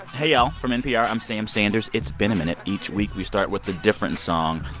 hey, y'all. from npr, i'm sam sanders. it's been a minute. each week, we start with a different song.